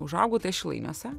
užaugau tai aš šilainiuose